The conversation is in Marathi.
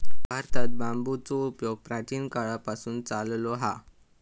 भारतात बांबूचो उपयोग प्राचीन काळापासून चाललो हा